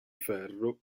ferro